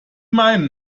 meinen